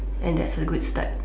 and that's a good start